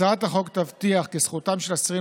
הצעת החוק תבטיח כי זכותם של אסירים